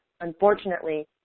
unfortunately